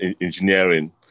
engineering